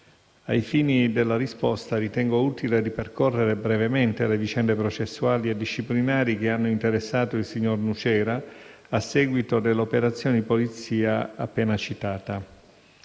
Ai fini della risposta, ritengo utile ripercorrere brevemente le vicende processuali e disciplinari che hanno interessato il signor Nucera a seguito dell'operazione di polizia appena citata.